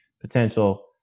potential